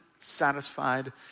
satisfied